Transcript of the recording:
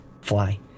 fly